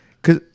Cause